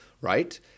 right